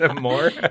more